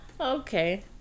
Okay